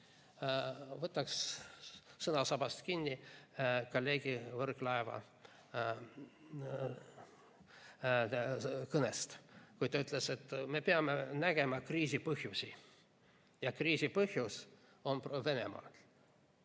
Võtaksin sõnasabast kinni kolleeg Võrklaeva kõnest, kui ta ütles, et me peame nägema kriisi põhjusi ja kriisi põhjus on Venemaa.